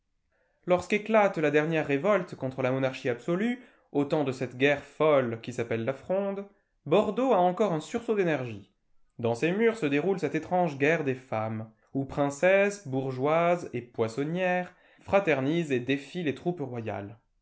lorsque éclate la dernière révolte contre la monarchie absolue au temps de cette guerre folle qui s'appelle la fronde bordeaux a encore un sursaut d'énergie dans ses murs se déroule cette étrange guerre des femmes où princesses bourgeoises et poissonnières fraternisent et défient les troupes royales